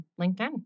LinkedIn